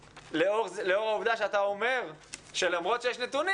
כולנו יודעים את זה טוב,